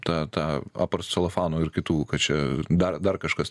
ta ta apart celofanų ir kitų kad čia dar dar kažkas